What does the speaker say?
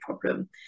problem